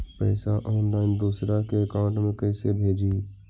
पैसा ऑनलाइन दूसरा के अकाउंट में कैसे भेजी?